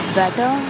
better